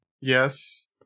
Yes